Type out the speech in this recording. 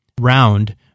round